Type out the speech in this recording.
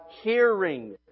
hearing